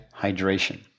hydration